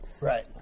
right